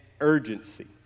urgency